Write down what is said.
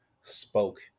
spoke